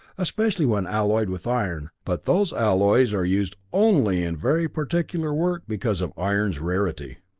especially when alloyed with iron, but those alloys are used only in very particular work because of iron's rarity.